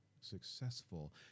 successful